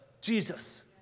Jesus